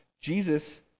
Jesus